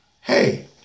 hey